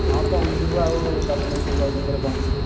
ହଁ ପହଞ୍ଚିଯିବୁ ଆଉ ଦଶ ମିନିଟ୍ ଭିତରେ ପହଞ୍ଚିବୁ